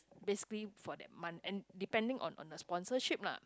basically for that month and depending on on the sponsorship lah